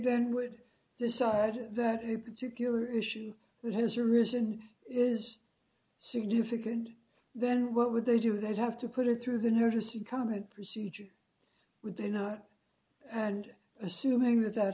then would decide that a particular issue that has arisen is significant then what would they do they have to put it through the notice and comment procedure would they not and assuming that that